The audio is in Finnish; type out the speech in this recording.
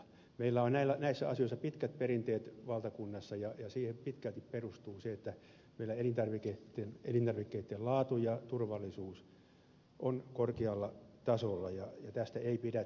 meillä on näissä asioissa pitkät perinteet valtakunnassa ja siihen pitkälti perustuu se että meillä elintarvikkeiden laatu ja turvallisuus on korkealla tasolla ja tästä ei pidä tinkiä